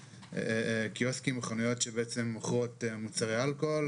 משקאות חריפים הועברו כבר למשרד הבריאות,